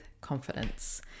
Confidence